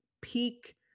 peak